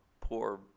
poor